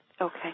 Okay